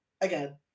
again